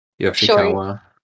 Yoshikawa